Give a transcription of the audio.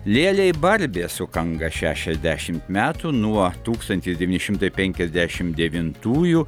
lėlei barbei sukanka šešiasdešimt metų nuo tūkstantis devyni šimtai penkiasdešim devintųjų